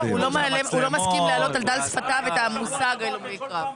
הוא לא מסכים להעלות על דל שפתיו את המושג הלומי קרב.